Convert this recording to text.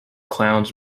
clowns